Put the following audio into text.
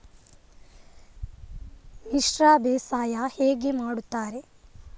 ಮಿಶ್ರ ಬೇಸಾಯ ಹೇಗೆ ಮಾಡುತ್ತಾರೆ?